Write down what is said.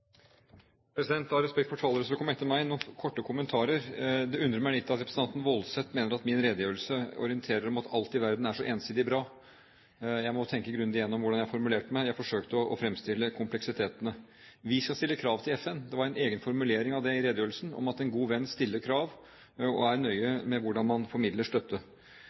respekt for talere som kommer etter meg, noen korte kommentarer: Det undrer meg litt at representanten Woldseth mener at min redegjørelse orienterer om at alt i verden er så ensidig bra. Jeg må tenke grundig igjennom hvordan jeg formulerte meg; jeg forsøkte å fremstille kompleksitetene. Vi skal stille krav til FN. Det var en egen formulering om det i redegjørelsen, om at en god venn stiller krav og er nøye med hvordan man formidler støtte.